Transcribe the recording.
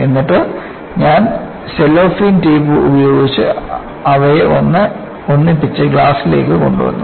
എന്നിട്ട് ഞാൻ cellophane tape ഉപയോഗിച്ച് അവയെ ഒന്നിപ്പിച്ച് ഗ്ലാസിലേക്ക് കൊണ്ടുവന്നു